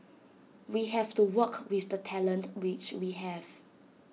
we have to work with the talent which we have